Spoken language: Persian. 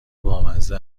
بامزه